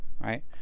right